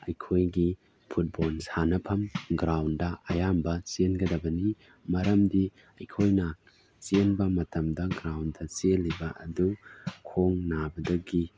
ꯑꯩꯈꯣꯏꯒꯤ ꯐꯨꯠꯕꯣꯟ ꯁꯥꯟꯅꯐꯝ ꯒ꯭ꯔꯥꯎꯟꯗ ꯑꯌꯥꯝꯕ ꯆꯦꯟꯒꯗꯕꯅꯤ ꯃꯔꯝꯗꯤ ꯑꯩꯈꯣꯏꯅ ꯆꯦꯟꯕ ꯃꯇꯝꯗ ꯒ꯭ꯔꯥꯎꯟꯗ ꯆꯦꯜꯂꯤꯕ ꯑꯗꯨ ꯈꯣꯡ ꯅꯥꯕꯗꯒꯤ